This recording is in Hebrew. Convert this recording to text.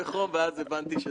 גם על שיתוף הפעולה.